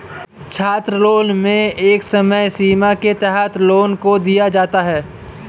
छात्रलोन में एक समय सीमा के तहत लोन को दिया जाता है